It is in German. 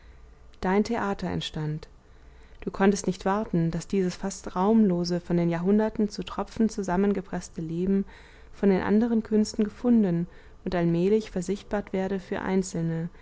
dein theater entstand du konntest nicht warten daß dieses fast raumlose von den jahrhunderten zu tropfen zusammengepreßte leben von den anderen künsten gefunden und allmählich versichtbart werde für einzelne